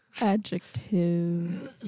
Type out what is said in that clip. Adjective